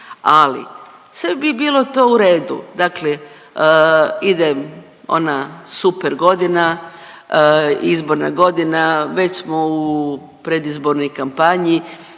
ali sve bi bilo to u redu, dakle ide ona super godina, izborna godina, već smo u predizbornoj kampanji,